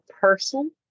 person